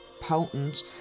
potent